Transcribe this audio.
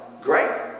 Great